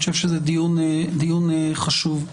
זה דיון חשוב.